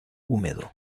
húmedo